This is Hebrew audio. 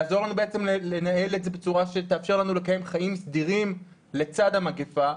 זה יעזור לנו לנהל את זה בצורה שתאפשר לנו לקיים חיים סדירים לצד המגפה.